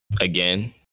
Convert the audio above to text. again